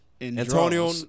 Antonio